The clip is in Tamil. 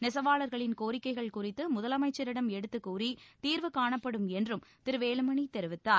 நெசவாளர்களின் கோரிக்கைகள் குறித்து முதலமைச்சரிடம் எடுத்துக் கூறி தீர்வு காணப்படும் என்றும் திரு வேலுமணி தெரிவித்தார்